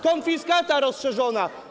Konfiskata rozszerzona.